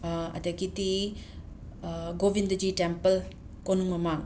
ꯑꯗꯒꯤꯗꯤ ꯒꯣꯕꯤꯟꯗꯖꯤ ꯇꯦꯝꯄꯜ ꯀꯣꯅꯨꯡ ꯃꯃꯥꯡ